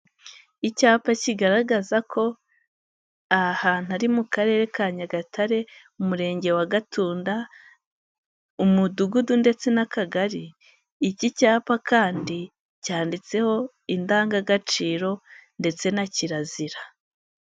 Icyapa kigaragaza ko aha hantu hari mu karere ka nyagatare, umurenge wa gatunda, umudugudu ndetse n'akagari. Iki cyapa kandi cyanditseho indangagaciro ndetse na kirazira.